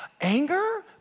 Anger